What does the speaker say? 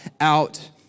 out